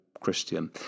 christian